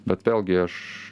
bet vėlgi aš